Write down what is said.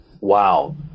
wow